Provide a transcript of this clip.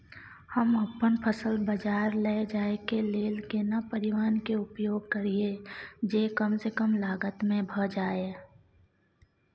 हम अपन फसल बाजार लैय जाय के लेल केना परिवहन के उपयोग करिये जे कम स कम लागत में भ जाय?